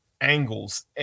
angles